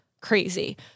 crazy